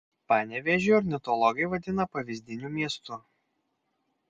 panevėžį ornitologai vadina pavyzdiniu miestu